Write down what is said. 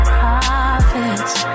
prophets